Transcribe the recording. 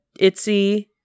itsy